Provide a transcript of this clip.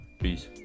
Peace